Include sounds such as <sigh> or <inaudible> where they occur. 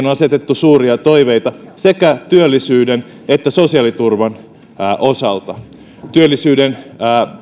<unintelligible> on asetettu suuria toiveita sekä työllisyyden että sosiaaliturvan osalta työllisyyden